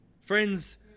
Friends